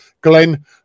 Glenn